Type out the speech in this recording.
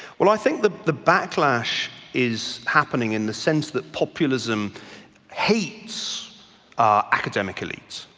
well i think the the backlash is happening in the sense that populism hates academic elites.